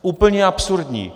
Úplně absurdní.